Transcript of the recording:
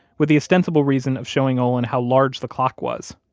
with the ostensible reason of showing olin how large the clock was.